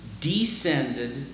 descended